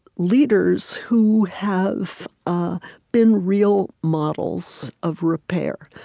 leaders who have ah been real models of repair.